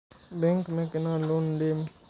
Bank में केना loan लेम?